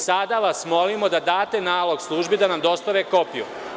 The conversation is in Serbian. Sada vas molimo da date nalog službi da nam dostave kopiju.